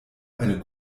eine